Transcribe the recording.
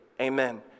Amen